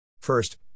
First